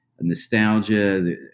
nostalgia